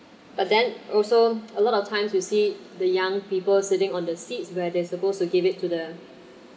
but then also a lot of times you see the young people sitting on the seats where they're supposed to give it to the